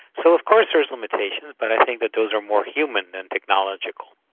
so of course there are limitations, but i think that those are more human than technological.